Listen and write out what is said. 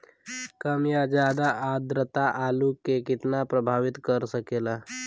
कम या ज्यादा आद्रता आलू के कितना प्रभावित कर सकेला?